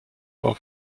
for